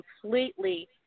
completely